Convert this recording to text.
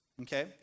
Okay